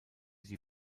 die